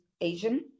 asian